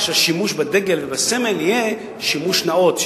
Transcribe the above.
שהשימוש בדגל ובסמל יהיה שימוש נאות,